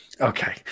Okay